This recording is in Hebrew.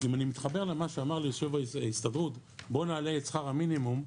אם אני מתחבר למה שאמר לי יו"ר ההסתדרות 'בוא נעלה את שכר המינימום'